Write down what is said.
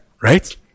right